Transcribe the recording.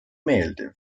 meeldiv